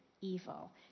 evil